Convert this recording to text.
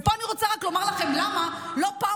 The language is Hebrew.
ופה אני רוצה רק לומר לכם למה לא פעם